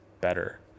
better